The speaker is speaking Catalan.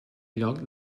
lloc